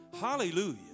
Hallelujah